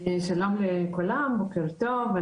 שלום לכולם, בוקר טוב.